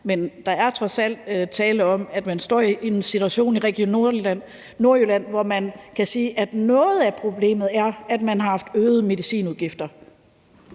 men der er trods alt tale om, at man i Region Nordjylland står i en situation, hvor vi kan sige, at noget af problemet er, at man har haft øgede medicinudgifter.